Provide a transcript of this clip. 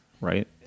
right